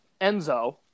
Enzo